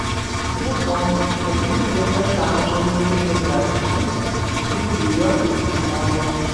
be to pas mus dirba sąžiningi ir darbštūs dzūkijos žmonės